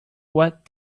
what